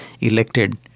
elected